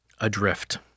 adrift